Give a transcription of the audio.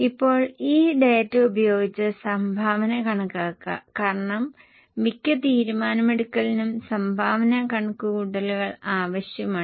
ഇപ്പോൾ ഈ ഡാറ്റ ഉപയോഗിച്ച് സംഭാവന കണക്കാക്കുക കാരണം മിക്ക തീരുമാനമെടുക്കലിനും സംഭാവന കണക്കുകൂട്ടൽ ആവശ്യമാണ്